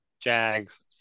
Jags